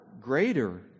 greater